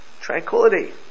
Tranquility